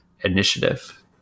initiative